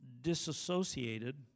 disassociated